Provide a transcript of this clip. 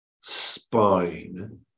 spine